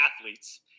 athletes